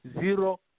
Zero